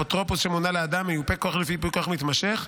אפוטרופוס שמונה לאדם ומיופה כוח לפי ייפוי כוח מתמשך,